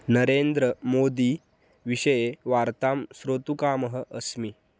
नरेन्द्रमोदी विषये वार्तां श्रोतुकामः अस्मि